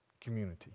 community